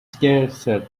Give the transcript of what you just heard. scarcer